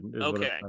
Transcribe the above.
Okay